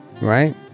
Right